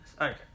Okay